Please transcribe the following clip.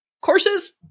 Courses